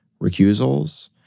recusals